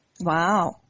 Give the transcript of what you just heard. wow